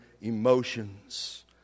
emotions